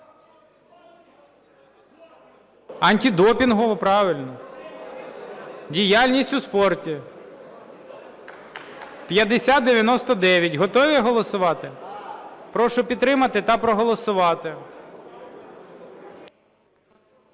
Антидопінгову діяльність у спорті, 5099. Готові голосувати? Прошу підтримати та проголосувати.